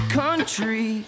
country